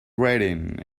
rating